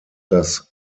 das